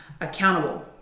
accountable